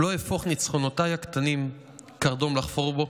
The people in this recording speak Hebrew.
לא אהפוך ניצחונותיי הקטנים קרדום לחפור בו.